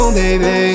baby